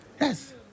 Yes